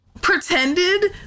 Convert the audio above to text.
pretended